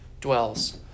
dwells